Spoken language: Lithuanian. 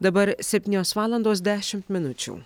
dabar septynios valandos dešimt minučių